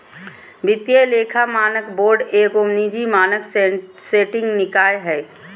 वित्तीय लेखा मानक बोर्ड एगो निजी मानक सेटिंग निकाय हइ